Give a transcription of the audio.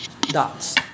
dots